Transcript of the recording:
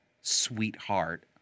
sweetheart